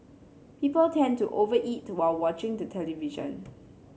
people tend to over eat while watching the television